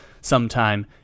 sometime